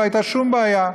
לא הייתה שום בעיה.